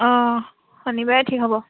অঁ শনিবাৰে ঠিক হ'ব